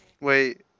Wait